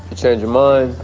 ah change your mind.